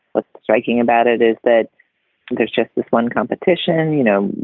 what's striking about it is that there's just this one competition. you know,